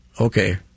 okay